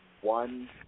one